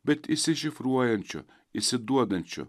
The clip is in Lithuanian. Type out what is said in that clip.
bet išsišifruojančio išsiduodančio